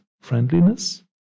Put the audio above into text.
friendliness